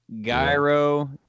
gyro